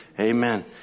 Amen